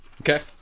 Okay